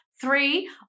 three